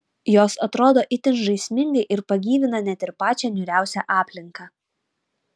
jos atrodo itin žaismingai ir pagyvina net ir pačią niūriausią aplinką